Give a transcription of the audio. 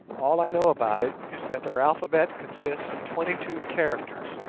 all i know about it is that their alphabet consists of twenty-two characters,